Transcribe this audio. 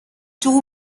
two